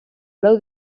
lau